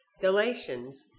Galatians